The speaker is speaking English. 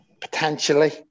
potentially